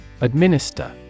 Administer